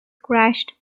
crashed